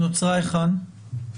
היכן נוצרה?